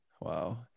Wow